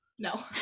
No